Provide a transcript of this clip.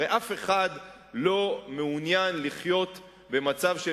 הרי אף אחד לא מעוניין לחיות במצב של